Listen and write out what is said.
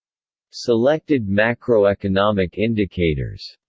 selected macroeconomic indicators